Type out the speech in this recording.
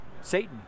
Satan